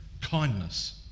kindness